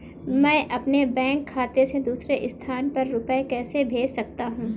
मैं अपने बैंक खाते से दूसरे स्थान पर रुपए कैसे भेज सकता हूँ?